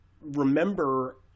remember